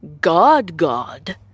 god-god